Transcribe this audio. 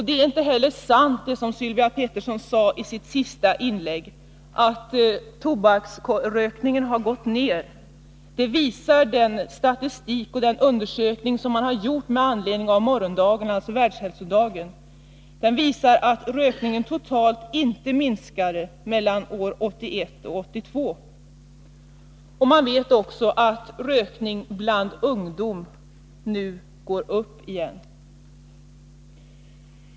Det är inte heller sant, som Sylvia Pettersson sade i sitt senaste inlägg, att tobaksrökningen har minskat. Den statistik och den undersökning som man har gjort med anledning av Världshälsodagen i morgon visar att rökningen totalt inte minskade mellan år 1981 och 1982. Man vet också att rökning bland ungdom nu ökar igen.